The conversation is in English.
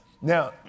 Now